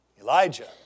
elijah